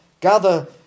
gather